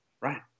Right